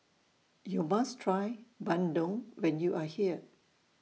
YOU must Try Bandung when YOU Are here